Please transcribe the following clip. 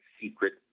secret